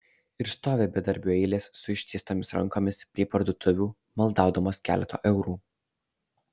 ir stovi bedarbių eilės su ištiestomis rankomis prie parduotuvių maldaudamos keleto eurų